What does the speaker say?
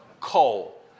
coal